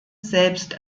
selbst